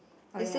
oh ya